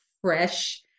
fresh